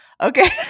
Okay